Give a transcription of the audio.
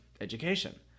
education